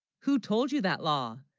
who told you that law